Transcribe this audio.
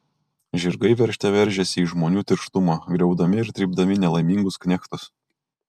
žirgai veržte veržėsi į žmonių tirštumą griaudami ir trypdami nelaimingus knechtus